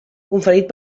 conferit